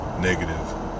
negative